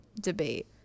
debate